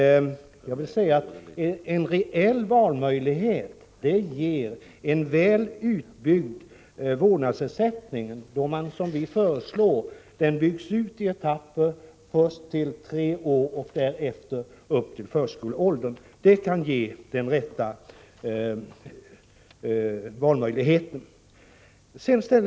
Jag vill säga att en reell valmöjlighet ger en väl utbyggd vårdnadsersättning då den, som vi föreslår, byggs ut i etapper, först för barn upp till tre år och därefter upp till förskoleåldern. Det kan ge den rätta valmöjligheten.